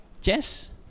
Jess